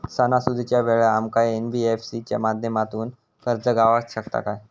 सणासुदीच्या वेळा आमका एन.बी.एफ.सी च्या माध्यमातून कर्ज गावात शकता काय?